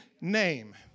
name